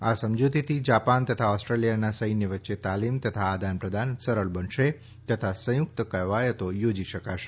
આ સમજુતીથી જાપાન તથા ઓસ્ટ્રેલીયાના સૈન્ય વચ્ચે તાલીમ તથા આદાન પ્રદાન સરળ બનશે તથા સંયુકત કવાયતો યોજી શકાશે